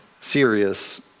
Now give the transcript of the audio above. serious